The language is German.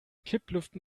kipplüften